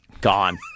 Gone